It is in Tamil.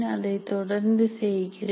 அதைத்தொடர்ந்து செய்கிறேன்